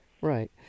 Right